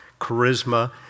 charisma